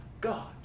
God